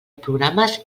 programes